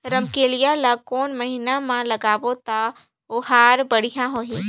रमकेलिया ला कोन महीना मा लगाबो ता ओहार बेडिया होही?